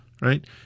right